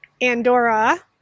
andorra